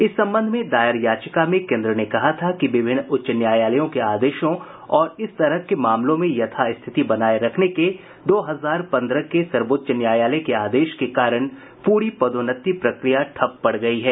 इस संबंध में दायर याचिका में केन्द्र ने कहा था कि विभिन्न उच्च न्यायालयों के आदेशों और इस तरह के मामलों में यथास्थिति बनाये रखने के दो हजार पन्द्रह के सर्वोच्च न्यायालय के आदेश के कारण पूरी पदोन्नति प्रक्रिया ठप्प पड़ गई है